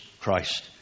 Christ